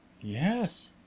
Yes